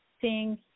seeing